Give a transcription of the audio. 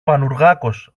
πανουργάκος